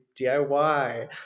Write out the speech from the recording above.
DIY